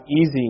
easy